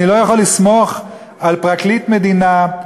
אני לא יכול לסמוך על פרקליט מדינה,